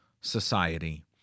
society